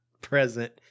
present